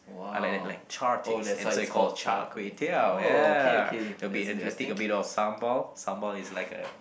I like that like char taste and that's why called Char-Kway-Teow ya a bit uh I take a bit of sambal sambal is like a